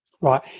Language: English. Right